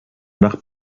nach